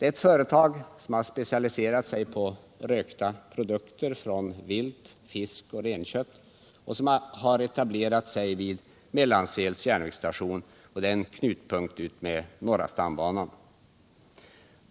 Ett företag som specialiserat sig på rökta produkter från vilt, fisk och renkött har etablerat sig vid Mellansels järnvägsstation, som är en knutpunkt vid norra stambanan.